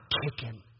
kicking